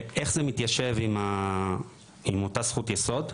איך זה מתיישב עם אותה זכות יסוד?